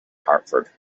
hartford